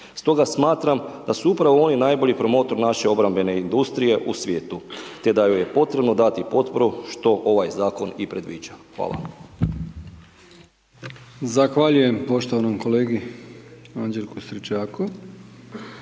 Stoga smatram da su upravo oni najbolji promotor naše obrambene industrije u svijetu te da joj je potrebno dati potporu što ovaj zakon i predviđa. Hvala.